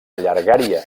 llargària